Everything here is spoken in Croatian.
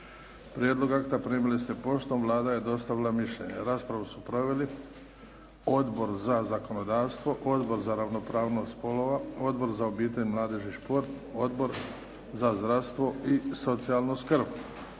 Prijedlog akta primili ste poštom. Vlada je dostavila mišljenje. Raspravu su proveli Odbor za zakonodavstvo, Odbor za ravnopravnost spolova, Odbor za obitelj, mladež i šport, Odbor za zdravstvo i socijalnu skrb.